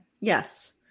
Yes